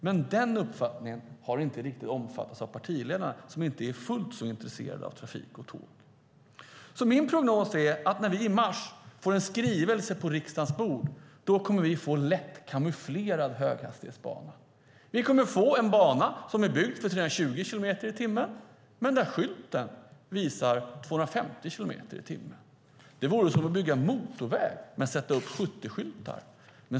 Men den uppfattningen har inte riktigt omfattats av partiledarna, som inte är fullt så intresserade av trafik och tåg. Min prognos är därför att när vi i mars får en skrivelse på riksdagens bord kommer vi att få ett förslag till en lätt kamouflerad höghastighetsbana. Vi kommer att få en bana som är byggd för 320 kilometer i timmen men där skylten visar 250 kilometer i timmen. Det vore som att bygga en motorväg men sätta upp 70-skyltar.